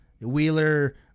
Wheeler